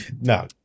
no